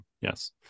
yes